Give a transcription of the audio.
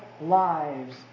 lives